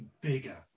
bigger